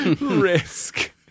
risk